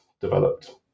developed